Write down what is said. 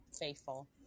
faithful